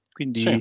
Quindi